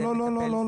לא.